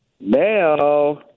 male